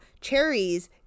Cherries